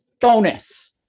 Bonus